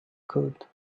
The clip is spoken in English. good